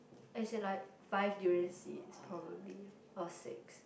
as in like five durian seeds probably or six